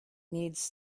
needs